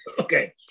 Okay